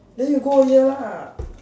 then you go earlier lah